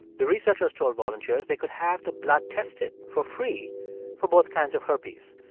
the researchers told volunteers they could have the blood tested for free for both kinds of herpes.